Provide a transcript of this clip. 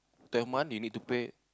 ten month you need to pay